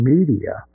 Media